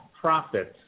profits